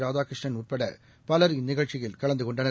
ராதாகிருஷ்ணன் உட்படபவர் இந்நிகழ்ச்சியில் கலந்துகொண்டனர்